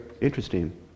interesting